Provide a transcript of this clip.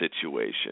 situation